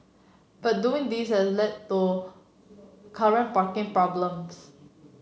but doing this has led to current parking problems